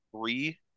three